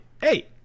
hey